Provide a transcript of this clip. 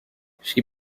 she